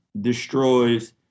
destroys